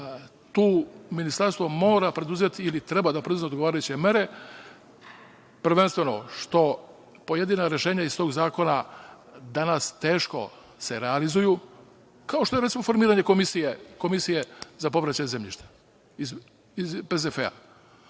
tu Ministarstvo mora preduzeti ili treba da preduzme odgovarajuće mere, prvenstveno što pojedina rešenja iz tog zakona danas se teško realizuju, kao što je recimo, formiranje komisije za povraćaj zemljišta, iz PZF-a.